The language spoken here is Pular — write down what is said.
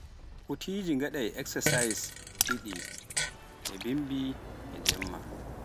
Kutiiji ngaɗai eksasiys ɗiɗi e bimbi e jemma.